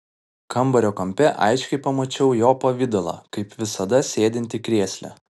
kambario kampe aiškiai pamačiau jo pavidalą kaip visada sėdintį krėsle